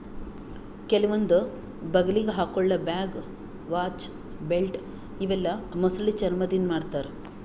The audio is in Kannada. ಕೆಲವೊಂದ್ ಬಗಲಿಗ್ ಹಾಕೊಳ್ಳ ಬ್ಯಾಗ್, ವಾಚ್, ಬೆಲ್ಟ್ ಇವೆಲ್ಲಾ ಮೊಸಳಿ ಚರ್ಮಾದಿಂದ್ ಮಾಡ್ತಾರಾ